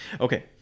Okay